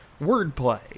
wordplay